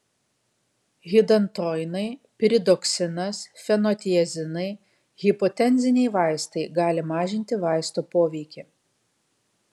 hidantoinai piridoksinas fenotiazinai hipotenziniai vaistai gali mažinti vaisto poveikį